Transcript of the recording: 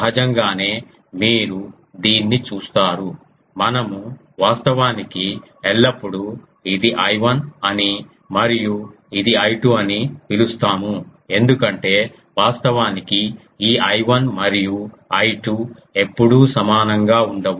సహజంగానే మీరు దీన్ని చూస్తారు మనము వాస్తవానికి ఎల్లప్పుడు ఇది I1 అని మరియు ఇది I2 అని పిలుస్తాము ఎందుకంటే వాస్తవానికి ఈ I1 మరియు I2 ఎప్పుడూ సమానంగా ఉండవు